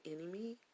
enemy